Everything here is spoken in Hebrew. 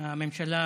הממשלה